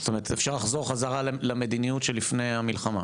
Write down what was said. שאפשר לחזור למדיניות שלפני המלחמה